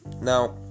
Now